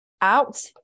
out